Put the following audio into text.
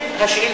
את זה.